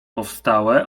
powstałe